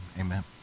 Amen